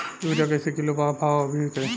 Urea कइसे kilo बा भाव अभी के?